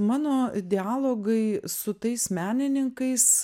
mano dialogai su tais menininkais